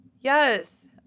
Yes